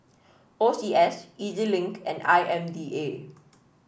O C S E Z Link and I M D A